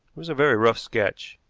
was a very rough sketch,